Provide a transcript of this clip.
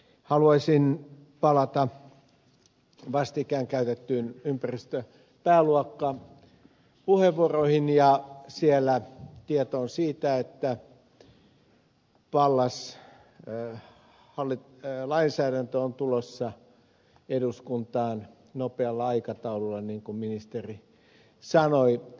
tässä haluaisin palata vastikään käytettyihin ympäristöpääluokan puheenvuoroihin ja tietoon siitä että pallas lainsäädäntö on tulossa eduskuntaan nopealla aikataululla niin kuin ministeri sanoi